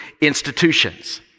institutions